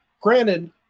granted